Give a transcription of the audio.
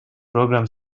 program